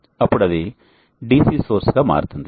అప్పుడు అది DC source గా మారుతుంది